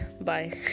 bye